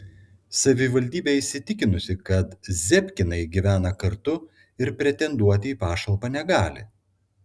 savivaldybė įsitikinusi kad zebkinai gyvena kartu ir pretenduoti į pašalpą negali